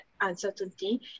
uncertainty